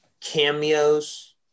cameos